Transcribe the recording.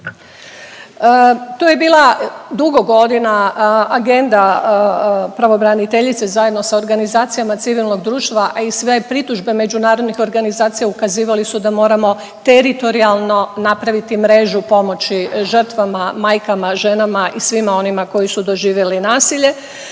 To je bila dugo godina agenda pravobraniteljice zajedno sa organizacijama civilnog društva, a i sve pritužbe međunarodnih organizacija ukazivali su da moramo teritorijalno napraviti mrežu pomoći žrtvama majkama, ženama i svima onima koji su doživjeli nasilje.